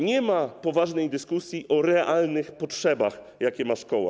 Nie ma poważnej dyskusji o realnych potrzebach, jakie ma szkoła.